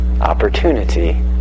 opportunity